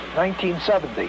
1970